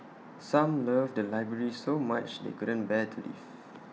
some love the library so much they couldn't bear to leave